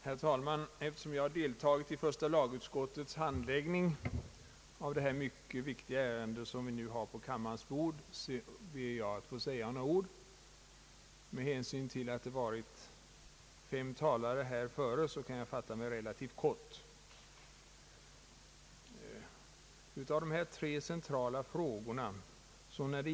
Herr talman! Eftersom jag har deltagit i första lagutskottets handläggning av det mycket viktiga ärende som nu ligger på kammarens bord, ber jag att få säga några ord. Med hänsyn till att fem talare varit uppe före mig i ärendet, kan jag fatta mig relativt kort. Det gäller här tre centrala frågor.